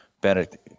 Bennett